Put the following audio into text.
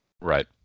Right